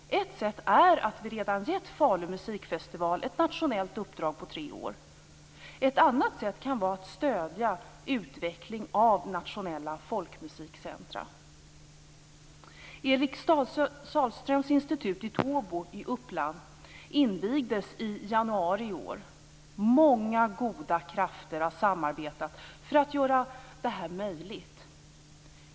Ett sätt är att vi redan har gett Falu musikfestival ett nationellt uppdrag på tre år. Ett annat sätt kan vara att stödja utveckling av nationella folkmusikcentrer. Eric Sahlströms institut i Tobo i Uppland invigdes i januari i år. Många goda krafter har samarbetat för att göra detta möjligt.